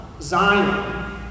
Zion